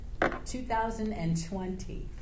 2020